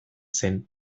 zen